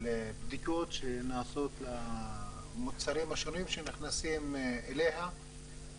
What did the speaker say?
בדיקות שנעשות למוצרים השונים שנכנסים אליה,